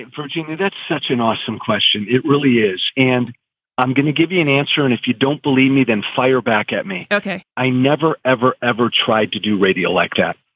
virginia, that's such an awesome question. it really is and i'm going to give you an answer and if you don't believe me, then fireback at me. okay. i never, ever, ever tried to do radio like that.